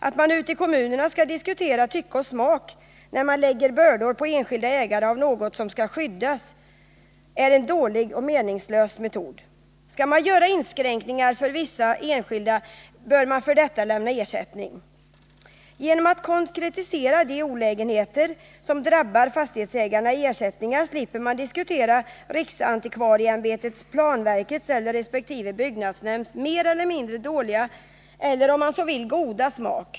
Att man ute i kommunerna skall diskutera tycke och smak när man lägger bördor på enskilda ägare på grund av att något skall skyddas är en dålig och meningslös metod. Skall man göra inskränkningar för vissa enskilda, bör man lämna ersättning för detta. Genom att i ersättningar konkretisera de olägenheter som drabbar fastighetsägarna slipper man diskutera riksantikvarieämbetets, planverkets eller resp. byggnadsnämnds mer eller mindre dåliga eller — om man så vill — goda smak.